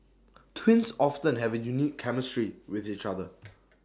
twins often have A unique chemistry with each other